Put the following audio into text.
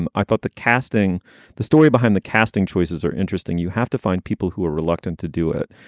and i thought the casting the story behind the casting choices are interesting. you have to find people who are reluctant to do it,